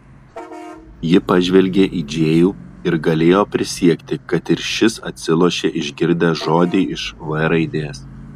ji pažvelgė į džėjų ir galėjo prisiekti kad ir šis atsilošė išgirdęs žodį iš v raidės